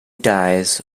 dyes